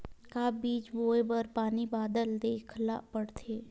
का बीज बोय बर पानी बादल देखेला पड़थे?